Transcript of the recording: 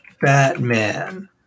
Batman